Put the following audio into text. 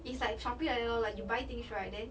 it's like shopee like that lor you buy things right then